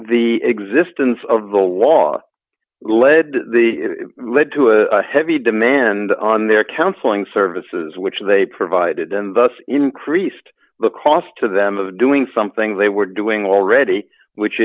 the existence of the law led led to a heavy demand on their counseling services which they provided and thus increased the cost to them of doing something they were doing already which